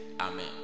amen